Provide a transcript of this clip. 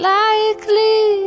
likely